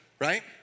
right